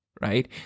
right